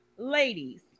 Ladies